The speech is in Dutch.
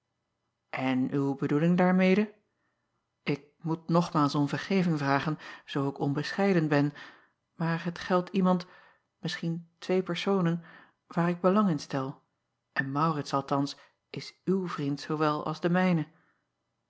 n uw bedoeling daarmede k moet nogmaals om vergeving vragen zoo ik onbescheiden ben maar het geldt iemand misschien twee personen waar ik belang in stel en aurits althans is uw vriend zoowel als de mijne